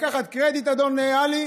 ולקחת קרדיט, אדון עלי,